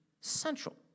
central